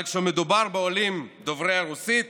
אבל כשמדובר בעולים דוברי רוסית